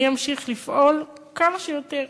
אני אמשיך לפעול כמה שיותר,